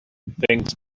things